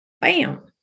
bam